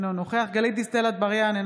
אינו נוכח גלית דיסטל אטבריאן,